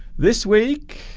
this week